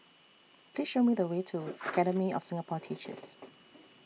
Please Show Me The Way to Academy of Singapore Teachers